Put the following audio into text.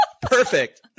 perfect